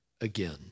again